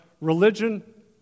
religion